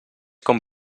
com